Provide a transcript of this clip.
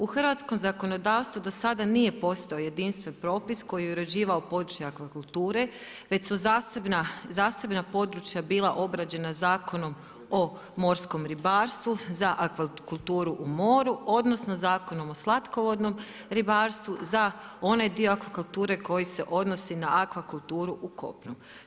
U hrvatskom zakonodavstvu do sada nije postojao jedinstven propis koji je uređivao područja akvakulture već su zasebna područja bila obrađena Zakonom o morskom ribarstvu za akvakulturu u moru odnosno zakonom o slatkovodnom ribarstvu za onaj dio akvakulture koji se odnosi na akvakulturu u kopnu.